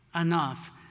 enough